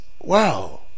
wow